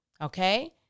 Okay